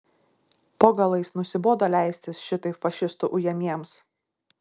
po galais nusibodo leistis šitaip fašistų ujamiems